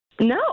No